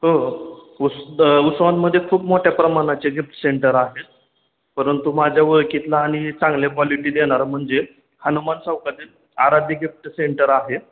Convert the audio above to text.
हो उस द उत्सवांमध्ये खूप मोठ्या प्रमाणाचे गिफ्ट सेंटर आहेत परंतु माझ्या ओळखीतला आणि चांगली क्वाॉलिटी देणारा म्हणजे हनुमान चौकातील आराध्य गिफ्ट सेंटर आहे